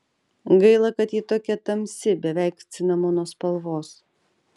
gaila kad ji tokia tamsi beveik cinamono spalvos